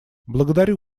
благодарю